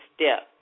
step